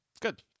Good